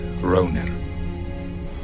Ronin